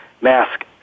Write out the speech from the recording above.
mask